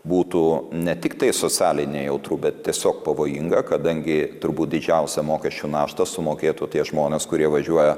būtų ne tiktai socialiai nejautru bet tiesiog pavojinga kadangi turbūt didžiausią mokesčių naštą sumokėtų tie žmonės kurie važiuoja